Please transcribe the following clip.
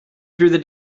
through